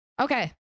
Okay